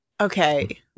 Okay